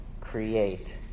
create